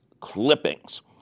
clippings